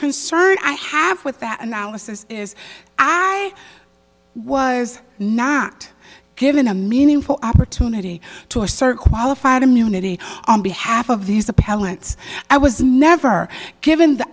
concern i have with that analysis is i was not given a meaningful opportunity to assert qualified immunity on behalf of these appellants i was never given the